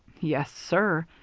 yes, sir.